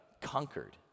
conquered